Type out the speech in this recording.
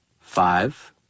Five